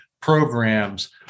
programs